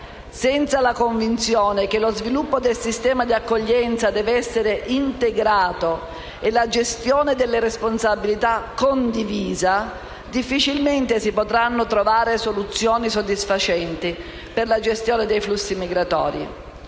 Senza la convinzione che lo sviluppo del sistema di accoglienza deve essere integrato e la gestione delle responsabilità condivisa, difficilmente si potranno trovare soluzioni soddisfacenti per la gestione dei flussi migratori.